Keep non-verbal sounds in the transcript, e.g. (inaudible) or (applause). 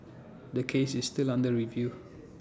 (noise) the case is still under review